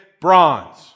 bronze